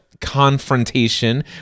confrontation